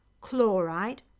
chloride